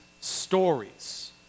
stories